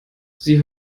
sie